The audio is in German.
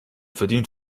verdient